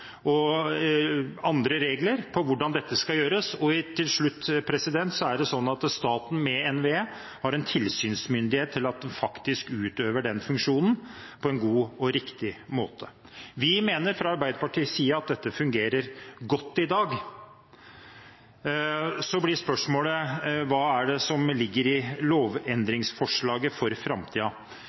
og andre regler for hvordan dette skal gjøres. Til slutt har staten, ved NVE, tilsynsmyndighet, slik at en utøver den funksjonen på en god og riktig måte. Vi mener fra Arbeiderpartiets side at dette fungerer godt i dag. Så blir spørsmålet: Hva er det som ligger i lovendringsforslaget for